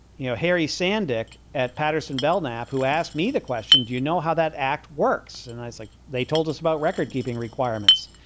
you know, harry santic at patterson belknap who asked me the question, do you know how that act works? and i said, like they told us about record keeping requirements.